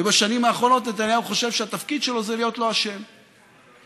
ובשנים האחרונות נתניהו חושב שהתפקיד שלו זה להיות לא אשם בכלום.